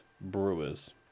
Brewers